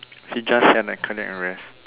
he just send a cadet arrest